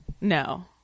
No